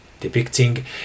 Depicting